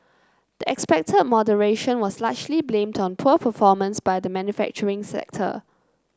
the expected moderation was largely blamed on poor performance by the manufacturing sector